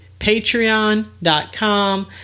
patreon.com